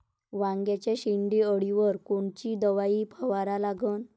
वांग्याच्या शेंडी अळीवर कोनची दवाई फवारा लागन?